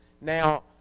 Now